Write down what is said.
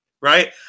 Right